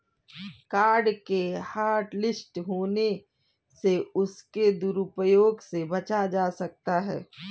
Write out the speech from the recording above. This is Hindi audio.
कार्ड के हॉटलिस्ट होने से उसके दुरूप्रयोग से बचा जा सकता है